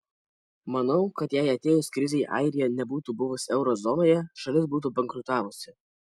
manau kad jei atėjus krizei airija nebūtų buvus euro zonoje šalis būtų bankrutavusi